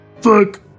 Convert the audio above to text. fuck